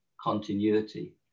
continuity